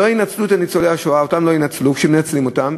לא ינצלו את ניצולי השואה, ומנצלים אותם,